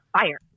Fire